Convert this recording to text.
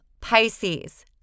Pisces –